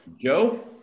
Joe